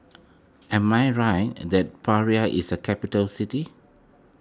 am I right and that Praia is a capital city